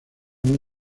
muy